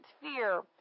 fear